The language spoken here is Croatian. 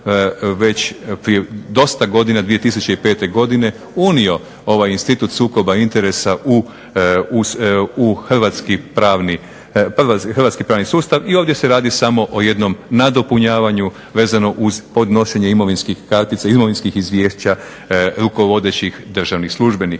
dosta godina, 2005. godine unio ovaj institut sukoba interesa u hrvatski pravni sustav i ovdje se radi samo o jednom nadopunjavanju vezano uz podnošenje imovinskih kartica, imovinskih izvješća rukovodećih državnih službenika.